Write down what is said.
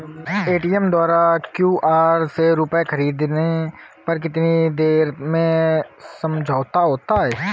Paytm द्वारा QR से रूपए ख़रीदने पर कितनी देर में समझौता होता है?